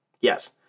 Yes